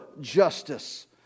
justice